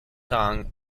song